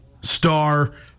star